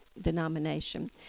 denomination